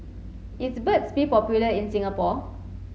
is Burt's bee popular in Singapore